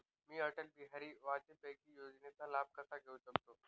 मी अटल बिहारी वाजपेयी योजनेचा लाभ कसा घेऊ शकते?